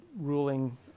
ruling